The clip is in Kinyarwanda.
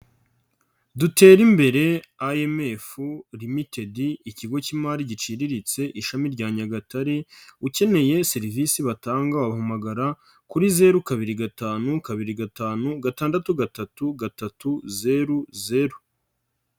Duterembere IMF ltd, ikigo cy'imari giciriritse, ishami rya Nyagatare, ukeneye serivisi batanga, wabahamagara kuri zeru, kabiri, gatanu, kabiri, gatanu, gatandatu, gatatu, gatatu, zeru, zeru.